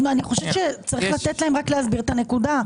אני חושבת שצריך לתת להם רק להסביר את הנקודה.